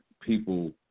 people